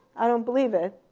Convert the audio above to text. i don't believe it,